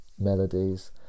melodies